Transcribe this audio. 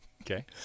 Okay